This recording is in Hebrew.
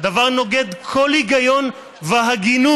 "הדבר נוגד כל היגיון והגינות,